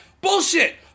Bullshit